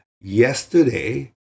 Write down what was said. yesterday